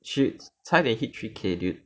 three 差一点 hit three K dude